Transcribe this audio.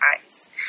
eyes